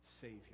Savior